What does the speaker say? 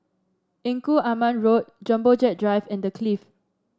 Engku Aman Road Jumbo Jet Drive and The Clift